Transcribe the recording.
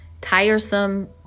tiresome